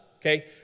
okay